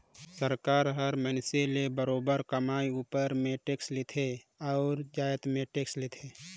सरकार हर मइनसे ले बरोबेर कमई उपर में टेक्स लेथे अउ जाएत में टेक्स लेथे